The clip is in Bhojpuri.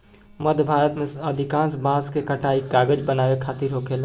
मध्य भारत में अधिकांश बांस के कटाई कागज बनावे खातिर होखेला